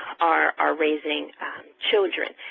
are are raising children.